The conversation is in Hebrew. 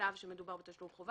בצו שמדובר בתשלום חובה.